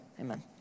amen